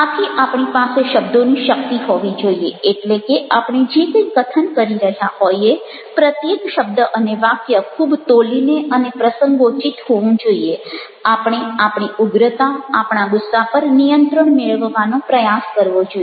આથી આપણી પાસે શબ્દોની શક્તિ હોવી જોઈએ એટલે કે આપણે જે કંઈ કથન કરી રહ્યા હોઈએ પ્રત્યેક શબ્દ અને વાક્ય ખૂબ તોલીને અને પ્રસંગોચિત હોવું જોઈએ આપણે આપણી ઉગ્રતા આપણા ગુસ્સા પર નિયંત્રણ મેળવવાનો પ્રયાસ કરવો જોઈએ